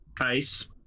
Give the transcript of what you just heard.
Ice